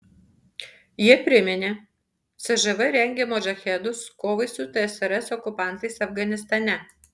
jie priminė cžv rengė modžahedus kovai su tsrs okupantais afganistane